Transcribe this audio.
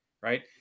right